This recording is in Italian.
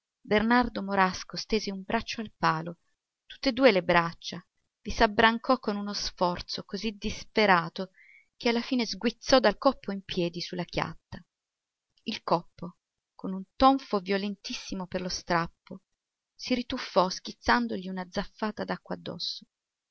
bernardo morasco stese un braccio al palo tutte e due le braccia vi s'abbrancò con uno sforzo così disperato che alla fine sguizzò dal coppo in piedi su la chiatta il coppo con un tonfo violentissimo per lo strappo si rituffò schizzandogli una zaffata d'acqua addosso